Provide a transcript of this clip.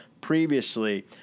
previously